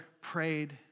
prayed